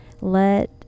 Let